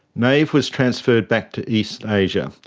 nave was transferred back to east asia,